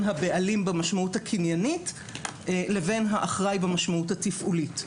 הבעלים במשמעות הקניינית לבין האחראי במשמעות התפעולית.